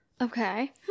Okay